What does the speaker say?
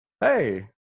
Hey